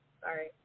Sorry